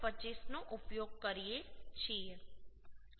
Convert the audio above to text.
25 નો ઉપયોગ કરીએ છીએ